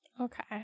Okay